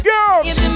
Girls